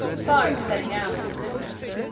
far excelling ours in goodness.